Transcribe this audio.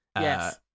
Yes